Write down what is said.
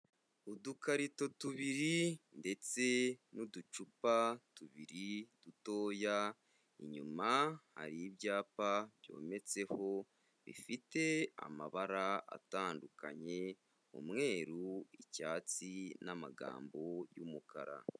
Udukarito tubiri ndetse n'uducupa tubiri dutoya, inyuma hari ibyapa byometseho, bifite amabara atandukanye, umweru, icyatsi n'amagambo y'umukara.